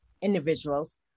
Individuals